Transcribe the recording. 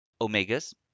Omegas